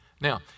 Now